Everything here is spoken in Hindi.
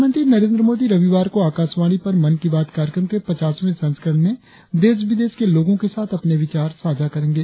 प्रधानमंत्री नरेंद्र मोदी रविवार को आकाशवाणी पर मन की बात कार्यक्रम के पचासवें संस्करण में देश विदेश के लोगों के साथ अपने विचार साझा करेंगे